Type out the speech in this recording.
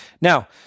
Now